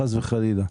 חס וחלילה,